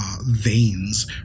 veins